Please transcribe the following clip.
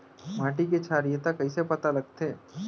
माटी के क्षारीयता कइसे पता लगथे?